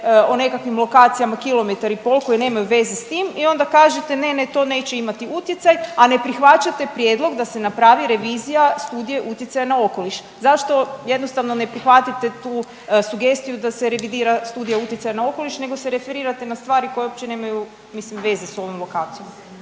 o nekakvim lokacijama kilometar i pol koji nemaju veze s tim i onda kažete ne, ne to neće imati utjecaj, a ne prihvaćate prijedlog da se napravi revizija Studije utjecaja na okoliš. Zašto jednostavno ne prihvatite tu sugeriraju da se revidira Studija utjecaja na okoliš nego se referirate na stvari koje uopće nemaju mislim veze s ovom lokacijom?